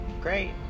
great